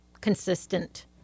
consistent